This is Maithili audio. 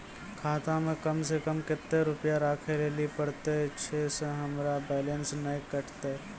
खाता मे कम सें कम कत्ते रुपैया राखै लेली परतै, छै सें हमरो बैलेंस नैन कतो?